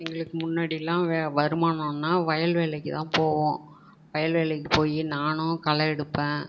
எங்களுக்கு முன்னாடிலாம் வ வருமானம்னால் வயல் வேலைக்குதான் போவோம் வயல் வேலைக்கு போய் நானும் களை எடுப்பேன்